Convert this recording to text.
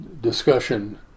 discussion